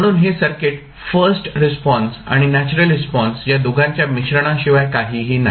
म्हणून हे circuit first response आणि नॅचरल रिस्पॉन्स या दोघांच्या मिश्रणा शिवाय काही नाही